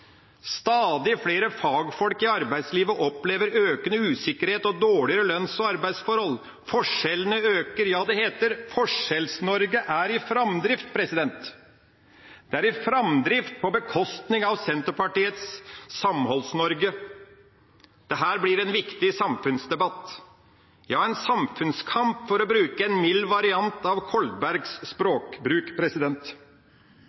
Stadig flere fagfolk i arbeidslivet opplever økende usikkerhet og dårligere lønns- og arbeidsforhold. Forskjellene øker. Det heter at Forskjells-Norge er i framdrift. Det er i framdrift på bekostning av Senterpartiets Samholds-Norge. Dette blir en viktig samfunnsdebatt – en samfunnskamp, for å bruke en mild variant av Kolbergs